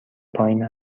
پایین